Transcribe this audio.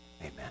Amen